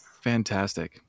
Fantastic